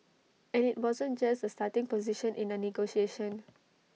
and IT wasn't just A starting position in A negotiation